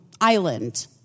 island